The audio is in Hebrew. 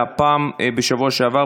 והפעם בשבוע שעבר,